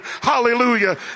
hallelujah